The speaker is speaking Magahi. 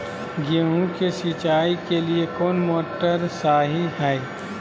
गेंहू के सिंचाई के लिए कौन मोटर शाही हाय?